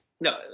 no